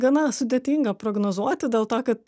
gana sudėtinga prognozuoti dėl to kad